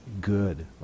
good